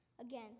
Again